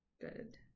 Good